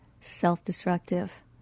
self-destructive